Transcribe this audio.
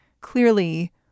clearly